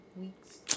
weeks